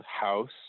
house